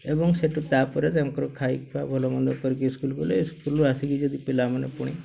ଏବଂ ସେଠୁ ତା'ପରେ ତାଙ୍କର ଖାଇ ଖୁଆ ଭଲ ମନ୍ଦ କରିକି ସ୍କୁଲ୍ ଗଲେ ସ୍କୁଲରୁ ଆସିକି ଯଦି ପିଲାମାନେ ପୁଣି